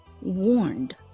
warned